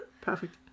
Perfect